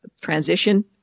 transition